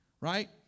right